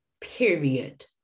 period